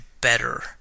better